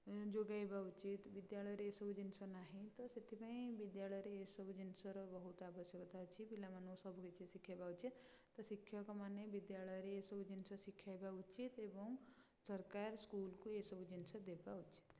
ଯୋଗେଇବା ଉଚିତ୍ ବିଦ୍ୟାଳୟରେ ଏ ସବୁ ଜିନିଷ ନାହିଁ ତ ସେଥିପାଇଁ ବିଦ୍ୟାଳୟରେ ଏ ସବୁ ଜିନିଷର ବହୁତ ଆବଶ୍ୟକତା ଅଛି ପିଲାମାନଙ୍କୁ ସବୁକିଛି ଶିଖେଇବା ଉଚିତ୍ ତ ଶିକ୍ଷକମାନେ ବିଦ୍ୟାଳୟରେ ଏ ସବୁ ଜିନିଷ ଶିଖାଇବା ଉଚିତ୍ ଏବଂ ସରକାର ସ୍କୁଲକୁ ଏ ସବୁ ଜିନିଷ ଦେବା ଉଚିତ୍